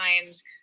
times